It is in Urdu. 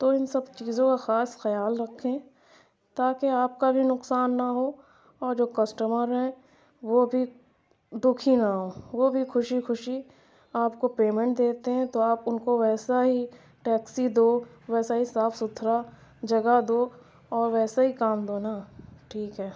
تو ان سب چیزوں کا خاص خیال رکھیں تاکہ آپ کا بھی نقصان نہ ہو اور جو کسٹمر ہیں وہ بھی دکھی نہ ہوں وہ بھی خوشی خوشی آپ کو پیمنٹ دیتے ہیں تو آپ ان کو ویسا ہی ٹیکسی دو ویسا ہی صاف ستھرا جگہ دو اور ویسا ہی کام دو نا ٹھیک ہے